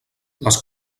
les